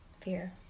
Fear